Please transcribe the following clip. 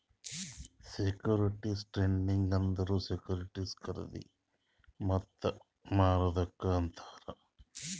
securities trading ಅಂದುರ್ securities ಖರ್ದಿ ಮತ್ತ ಮಾರದುಕ್ ಅಂತಾರ್